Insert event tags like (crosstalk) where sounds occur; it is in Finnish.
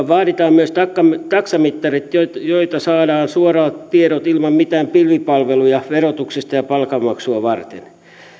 (unintelligible) vaaditaan myös taksamittarit joilta joilta saadaan suoraan tiedot ilman mitään pilvipalveluja verotusta ja palkanmaksua varten